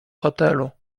hotelu